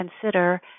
consider